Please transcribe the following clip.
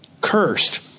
Cursed